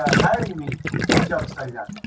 ah hiring me for jobs like that